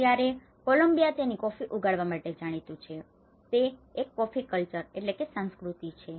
અત્યારે કોલમ્બિયા તેની કોફી ઉગાડવા માટે જાણીતું છે તે એક કોફી કલ્ચર culture સંસ્કૃતિ છે